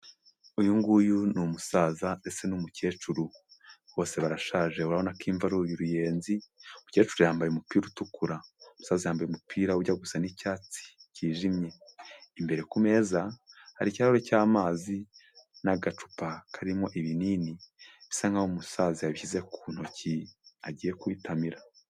Uyu nguyu ni umusaza ndetse n'umukecuru, bose barashaje urabonako imvi ari uruyenzi, umukecuru yambaye umupira utukura, umusaza yambaye umupira ujya gusa n'icyatsi cyijimye, imbere ku meza hari ikirahure cy'amazi n'agacupa karimo ibinini, bisa nkaho umusaza yabishyize ku ntoki agiye kubitamira.